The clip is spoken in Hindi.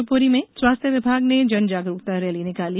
शिवपुरी में स्वास्थ्य विभाग ने जन जागरूकता रैली निकाली